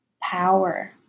power